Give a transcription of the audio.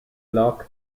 lock